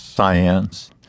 science